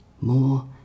More